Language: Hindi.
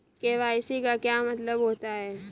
के.वाई.सी का क्या मतलब होता है?